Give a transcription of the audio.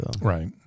Right